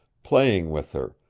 playing with her,